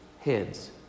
heads